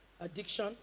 addiction